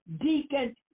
deacon